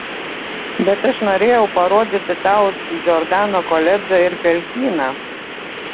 bet aš norėjau parodyti tau džordano koledžą ir pelkyną